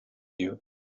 you